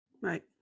Right